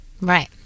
Right